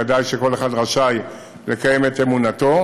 ודאי שכל אחד רשאי לקיים את אמונתו,